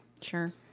Sure